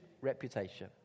reputation